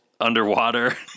Underwater